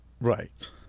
Right